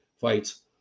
fights